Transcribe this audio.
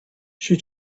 she